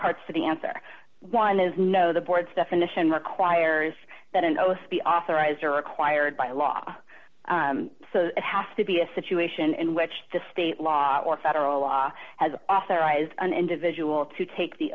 parts to the answer one is no the board's definition requires that an oath be authorized or required by law so have to be a situation in which the state law or federal law has authorized an individual to take the